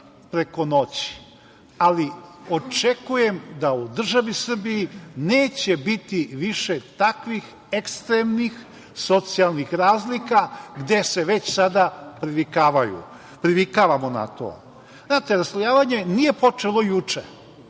preko noći. Očekujem da u državi Srbiji neće biti više takvih ekstremnih socijalnih razlika gde se već sada privikavamo na to. Znate, raslojavanje nije počelo juče.